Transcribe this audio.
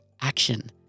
action